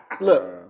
look